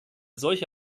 solche